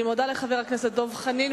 אני מודה לחבר הכנסת דב חנין.